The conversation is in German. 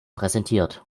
präsentiert